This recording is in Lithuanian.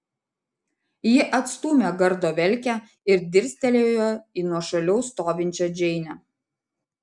ji atstūmė gardo velkę ir dirstelėjo į nuošaliau stovinčią džeinę